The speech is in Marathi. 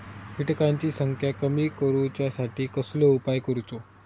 किटकांची संख्या कमी करुच्यासाठी कसलो उपाय करूचो?